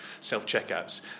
self-checkouts